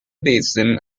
basin